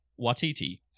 Watiti